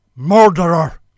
Murderer